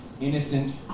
innocent